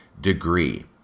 degree